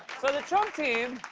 so, the trump team